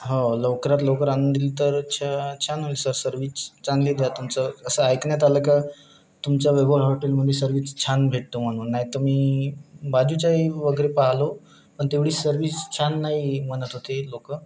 हो लवकरात लवकर आणून दिलं तर छ छान होईल सर सर्विच चांगली द्या तुमचं असं ऐकण्यात आलं का तुमच्या वैभव हॉटेलमध्ये सर्विस छान भेटतो म्हणून नाहीतर मी बाजूच्याही वगैरे पाहिलं पण तेवढी सर्विस छान नाही म्हणत होते लोकं